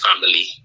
family